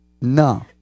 No